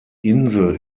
insel